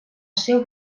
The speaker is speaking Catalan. seu